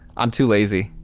i'm too lazy.